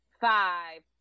five